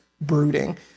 brooding